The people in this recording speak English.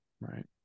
Right